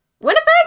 Winnipeg